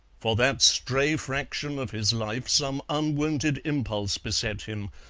for that stray fraction of his life some unwonted impulse beset him,